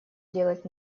делать